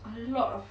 a lot of